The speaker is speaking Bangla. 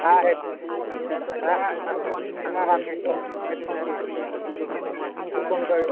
হ্যাঁ হেড হ্যাঁ হ্যাঁ আমি হেডফোন হেডফোন ফ্রি দিয়ে দেবো হেডফোন ফা